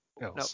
No